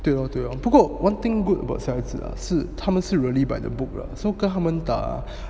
对咯对咯不过 one thing good about 小孩子啊是他们是 really by the book 的 so one thing 跟他们打